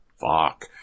Fuck